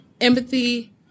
Empathy